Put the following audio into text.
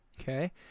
okay